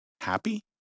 Happy